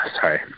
sorry